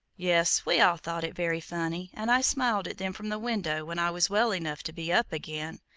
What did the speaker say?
yes, we all thought it very funny, and i smiled at them from the window when i was well enough to be up again.